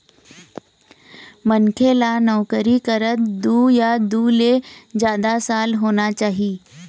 मनखे ल नउकरी करत दू या दू ले जादा साल होना चाही